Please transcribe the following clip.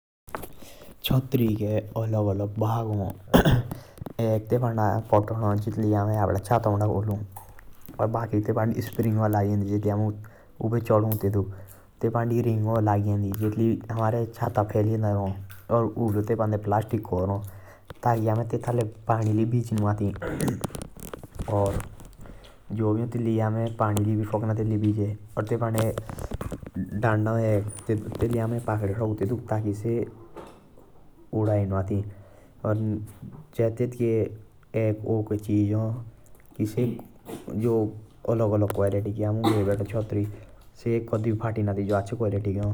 छतरी के अलग अलग भाग हा। तेपंदा एक बुतन है जाटलई अमे छत्ता उंडा खोलु। बाकी तेपाँडे स्प्रिंग हा लगीएंदा। जाटी लाये अमे उभे चदौ। तेपाँडी रिंग हो लगीएंदी जातु लाई छता। फैलीएंदा रा।